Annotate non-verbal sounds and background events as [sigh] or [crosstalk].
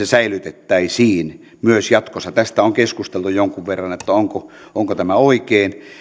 [unintelligible] säilytettäisiin myös jatkossa tästä on keskusteltu jonkun verran onko onko tämä oikein